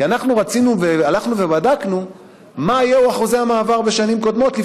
כי אנחנו רצינו והלכנו ובדקנו מה היו אחוזי המעבר בשנים קודמות,